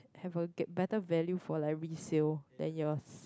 have a get better value for like resale than yours